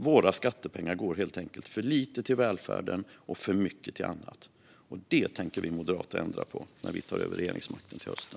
Våra skattepengar går helt enkelt för lite till välfärden och för mycket till annat. Det tänker vi moderater ändra på när vi tar över regeringsmakten till hösten.